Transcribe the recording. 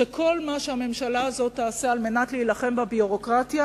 שכל מה שהממשלה הזאת תעשה כדי להילחם בביורוקרטיה,